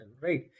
right